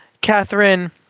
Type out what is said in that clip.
Catherine